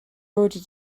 already